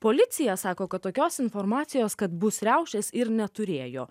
policija sako kad tokios informacijos kad bus riaušes ir neturėjo